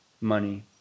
money